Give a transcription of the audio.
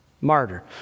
Martyr